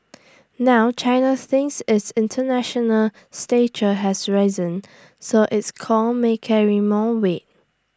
now China thinks its International stature has risen so its call may carry more weight